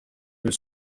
news